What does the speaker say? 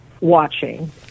watching